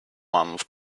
months